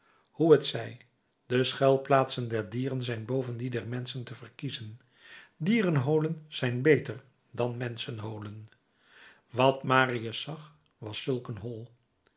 hoe het zij de schuilplaatsen der dieren zijn boven die der menschen te verkiezen dierenholen zijn beter dan menschenholen wat marius zag was zulk een hol